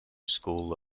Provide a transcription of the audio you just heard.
school